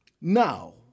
Now